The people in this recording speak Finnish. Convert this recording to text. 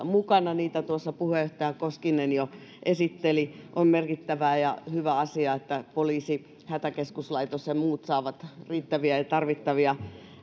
mukana niitä tuossa puheenjohtaja koskinen jo esitteli on merkittävä ja hyvä asia että poliisi hätäkeskuslaitos ja muut saavat riittäviä ja tarvittavia